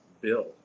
bill